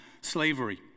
slavery